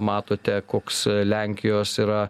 matote koks lenkijos yra